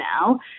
now